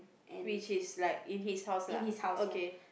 which is like in his house lah okay